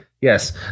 Yes